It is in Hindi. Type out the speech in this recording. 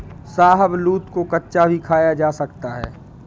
शाहबलूत को कच्चा भी खाया जा सकता है